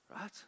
right